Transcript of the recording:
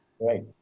Right